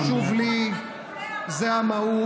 טיפולי המרה, מה שחשוב לי זה המהות.